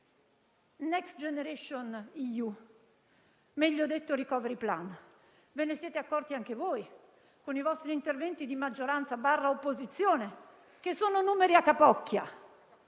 Next generation EU, meglio detto *recovery plan*; ve ne siete accorti anche voi, con i vostri interventi di maggioranza barra opposizione che sono numeri a capocchia,